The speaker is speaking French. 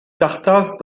tartas